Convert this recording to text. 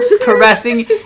caressing